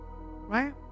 right